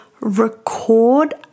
record